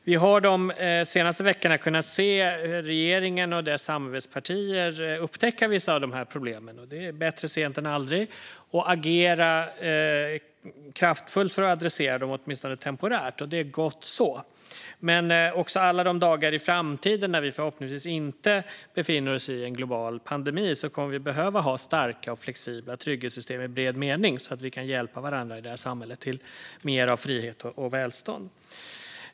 Vi har de senaste veckorna kunnat se regeringen och dess samarbetspartier upptäcka vissa av dessa problem - bättre sent än aldrig - och agera kraftfullt för att hantera dem åtminstone temporärt. Det är gott så. Men också alla de dagar i framtiden när vi förhoppningsvis inte befinner oss i en global pandemi kommer vi att behöva ha starka och flexibla trygghetssystem i bred mening, så att vi kan hjälpa varandra i det här samhället till mer frihet och välstånd.